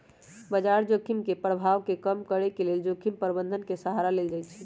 बजार जोखिम के प्रभाव के कम करेके लेल जोखिम प्रबंधन के सहारा लेल जाइ छइ